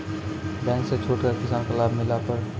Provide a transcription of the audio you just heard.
Bank से छूट का किसान का लाभ मिला पर?